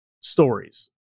stories